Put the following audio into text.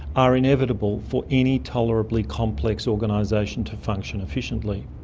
are inevitable for any tolerably complex organisation to function efficiently.